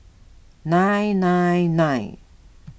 nine nine nine